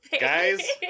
Guys